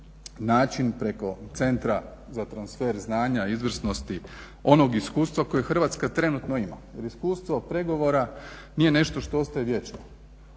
način preko centra za transfer znanja, izvrsnosti, onog iskustava koje Hrvatska trenutno ima jer iskustvo pregovora nije nešto što ostaje vječno.